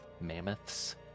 Mammoths